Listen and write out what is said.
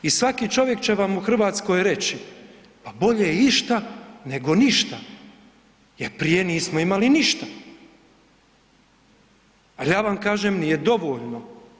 I svaki čovjek će vam u Hrvatskoj reći, pa bolje išta nego ništa, jer prije nismo imali ništa, ali ja vam kažem nije dovoljno.